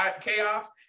chaos